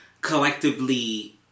collectively